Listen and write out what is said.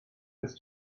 his